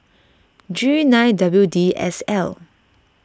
G nine W D S L